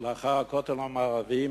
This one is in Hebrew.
אחרי הכותל המערבי,